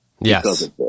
Yes